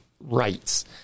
rights